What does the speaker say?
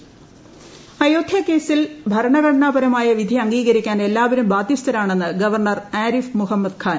Ayodhya governor Ayodhya കേസിൽ ഭരണഘടനാപരമായ വിധി അംഗീകരിക്കാൻ എല്ലാപേരും ബാധ്യസ്ഥരാണെന്ന് ഗവർണർ ആരിഫ് മുഹമ്മദ് ഖാൻ